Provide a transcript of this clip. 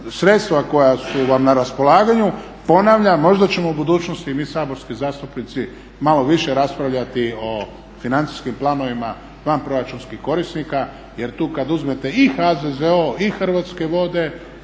sredstva koja su vam na raspolaganju, ponavljam možda ćemo u budućnosti i mi saborski zastupnici malo više raspravljati o financijskim planovima van proračunskih korisnika. Jer tu kad uzmete i HZZO-o i Hrvatske vode